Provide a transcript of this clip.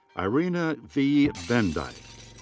irina v. benedeyk.